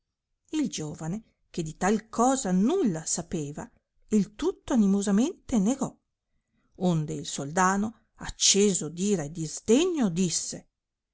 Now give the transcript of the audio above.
il giovane che di tal cosa nulla sapeva il tutto animosamente negò onde il soldano acceso d'ira e di sdegno disse